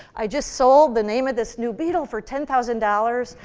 i just sold the name of this new beetle for ten thousand dollars.